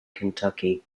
kentucky